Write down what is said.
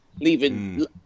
leaving